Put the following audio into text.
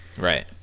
right